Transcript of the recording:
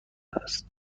است